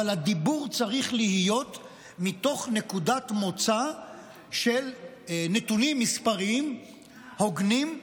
אבל הדיבור צריך להיות מתוך נקודת מוצא של נתונים מספריים הוגנים,